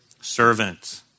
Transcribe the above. Servant